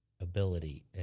ability